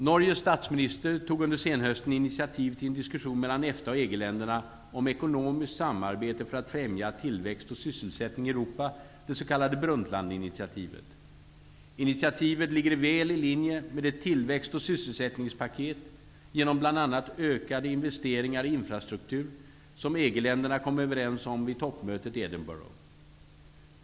Norges statsminister tog under senhösten initiativ till en diskussion mellan EFTA och EG-länderna om ekonomiskt samarbete för att främja tillväxt och sysselsättning i Europa, det s.k. Brundtlandinitiativet. Initiativet ligger väl i linje med det tillväxt och sysselsättningspaket, genom bl.a. ökade investeringar i infrastruktur, som EG länderna kom överens om vid toppmötet i Edinburgh.